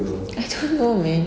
I don't know man